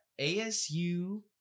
ASU